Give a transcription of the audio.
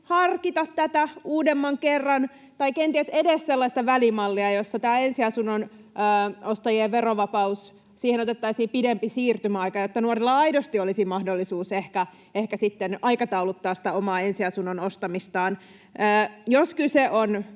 harkita tätä uudemman kerran tai kenties edes sellaista välimallia, jossa tähän ensiasunnon ostajien verovapauteen otettaisiin pidempi siirtymäaika, jotta nuorilla aidosti olisi mahdollisuus ehkä sitten aikatauluttaa sitä omaa ensiasunnon ostamistaan? Jos kyse on